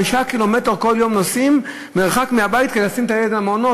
5 קילומטר כל יום נוסעות מהבית כדי לשים את הילד במעון.